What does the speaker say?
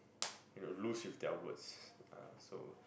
you know loose with their words uh so